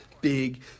big